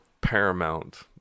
paramount